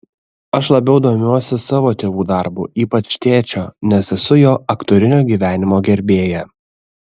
aš labiau domiuosi savo tėvų darbu ypač tėčio nes esu jo aktorinio gyvenimo gerbėja